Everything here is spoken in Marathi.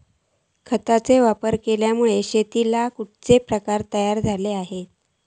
खतांचे वापर केल्यामुळे शेतीयेचे खैचे प्रकार तयार झाले आसत?